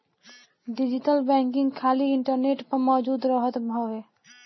digital banking खाली internet पअ मौजूद रहत हवे